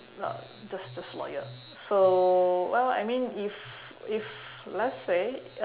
just just loyal so what what I mean if if let's say